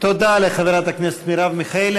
תודה לחברת הכנסת מרב מיכאלי.